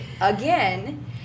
again